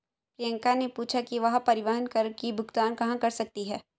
प्रियंका ने पूछा कि वह परिवहन कर की भुगतान कहाँ कर सकती है?